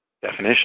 definition